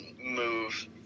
move